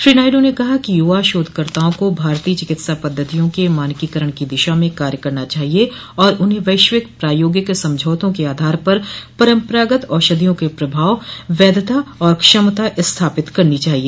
श्री नायडू ने कहा कि युवा शोधकर्ताओं को भारतीय चिकित्सा पद्धतियों के मानकीकरण की दिशा में कार्य करना चाहिए और उन्हें वैश्विक प्रायोगिक समझौतों के आधार पर परंपरागत औषधियों के प्रभाव वैधता और क्षमता स्थापित करनी चाहिए